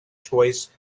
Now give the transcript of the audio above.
choices